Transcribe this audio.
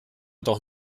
doch